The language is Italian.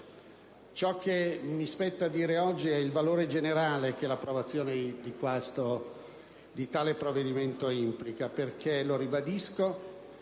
Ciò che mi spetta sottolineare oggi è il valore generale che l'approvazione di tale provvedimento implica, perché, lo ribadisco,